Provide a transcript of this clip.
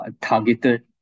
targeted